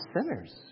sinners